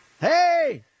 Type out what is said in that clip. hey